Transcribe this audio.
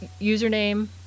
username